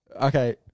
Okay